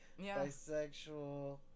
bisexual